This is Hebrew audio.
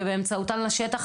ובאמצעותן לשטח,